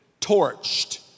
torched